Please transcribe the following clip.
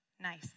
nice